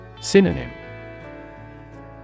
Synonym